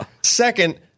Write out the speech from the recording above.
Second